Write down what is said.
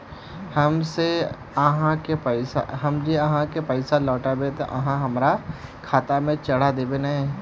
हम जे आहाँ के पैसा लौटैबे ते आहाँ हमरा खाता में चढ़ा देबे नय?